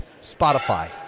spotify